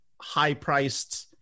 high-priced